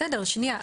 בסדר, שנייה.